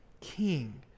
king